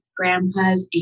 grandpa's